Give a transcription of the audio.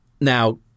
Now